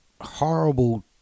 horrible